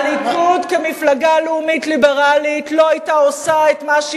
הליכוד כמפלגה לאומית-ליברלית לא היה עושה את מה שהוא